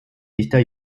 dichter